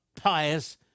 pious